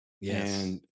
yes